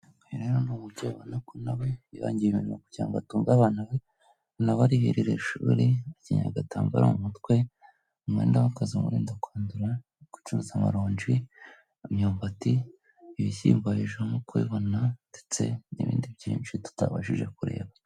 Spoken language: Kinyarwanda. Uyu rero ni umubyeyi ubona ko nawe yihangiye imirimo kugirango atunge abana be anabarihire ishuri, akanyeye agatambaro mu umutwe, umwenda w'akazi umurinda kwandura ari gucuruza amaronji, imyumbati, ibishyimbo hejuru nk'uko ubibona ndetse n'ibindi byinshi tutabashije kureba.